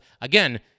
again